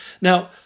Now